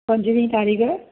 पंजुवीह तारीख़